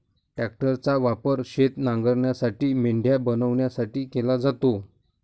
ट्रॅक्टरचा वापर शेत नांगरण्यासाठी, मेंढ्या बनवण्यासाठी केला जातो